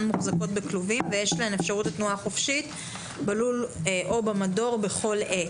מוחזקות בכלובים ויש להן אפשרות תנועה חופשית בלול או במדור בכל עת".